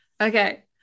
Okay